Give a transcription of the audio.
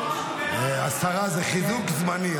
השרה, זה חיזוק זמני.